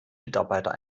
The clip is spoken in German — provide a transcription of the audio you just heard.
mitarbeiter